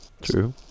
True